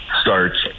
starts